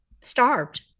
starved